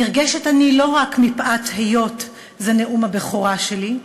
נרגשת אני לא רק מפאת היות זה נאום הבכורה שלי,